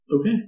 Okay